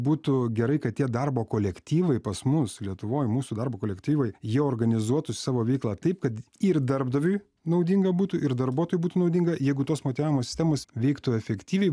būtų gerai kad tie darbo kolektyvai pas mus lietuvoj mūsų darbo kolektyvai jie organizuotų savo veiklą taip kad ir darbdaviui naudinga būtų ir darbuotojui būtų naudinga jeigu tos motyvavimo sistemos veiktų efektyviai